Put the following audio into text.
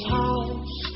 house